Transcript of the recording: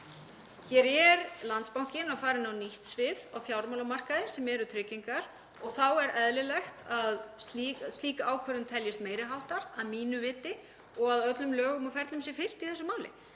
Hér er Landsbankinn að fara inn á nýtt svið á fjármálamarkaði sem eru tryggingar. Þá er eðlilegt að slík ákvörðun teljist meiri háttar, að mínu viti, og að öllum lögum og ferlum sé fylgt í þessu máli.